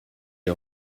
est